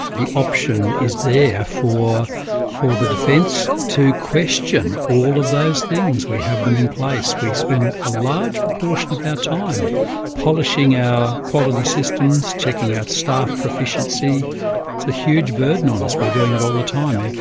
the option is there for for the defence to question all of those things. we have them in place, we spend a large proportion of our time polishing our quality systems, checking our staff proficiency it's a huge burden on us, we're doing it all the time.